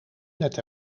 net